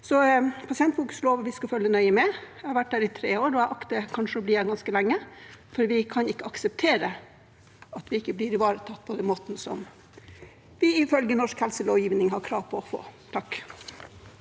i Pasientfokus lover at vi skal følge nøye med. Jeg har vært her i tre år, og jeg akter kanskje å bli her ganske lenge, for vi kan ikke akseptere at vi ikke blir ivaretatt på den måten som vi ifølge norsk helselovgivning har krav på. Bengt